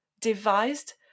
devised